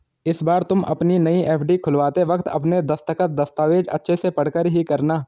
इस बार तुम अपनी नई एफ.डी खुलवाते वक्त अपने दस्तखत, दस्तावेज़ अच्छे से पढ़कर ही करना